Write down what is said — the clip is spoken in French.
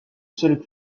seul